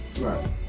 Right